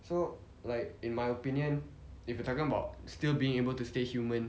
so like in my opinion if you are talking about still being able to stay human